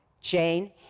Jane